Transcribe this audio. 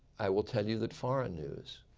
i will tell you that foreign news,